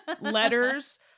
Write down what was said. Letters